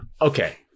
Okay